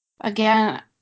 Again